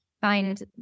find